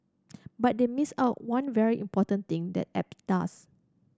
but they missed out one very important thing that app does